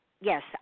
yes